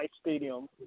Stadium